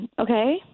okay